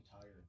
tired